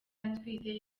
atwite